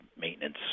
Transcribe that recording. maintenance